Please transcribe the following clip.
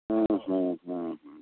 ହୁଁ ହୁଁ ହୁଁ ହୁଁ